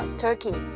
turkey